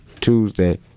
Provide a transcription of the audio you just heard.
Tuesday